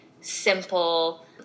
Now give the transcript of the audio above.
simple